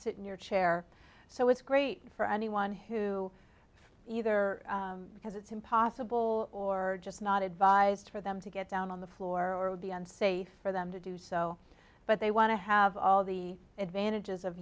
sit in your chair so it's great for anyone who either because it's impossible or just not advised for them to get down on the floor would be unsafe for them to do so but they want to have all the advantages of